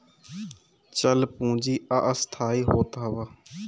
चल पूंजी अस्थाई होत हअ